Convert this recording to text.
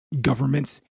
governments